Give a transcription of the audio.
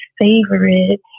favorite